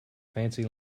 fancy